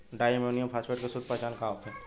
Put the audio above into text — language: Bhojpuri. डाई अमोनियम फास्फेट के शुद्ध पहचान का होखे?